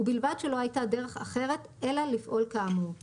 ובלבד שלא הייתה דרך אחרת אלא לפעול כאמור- (1)